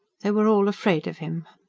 they were all afraid of him.